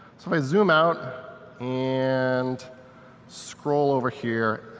so i zoom out and scroll over here.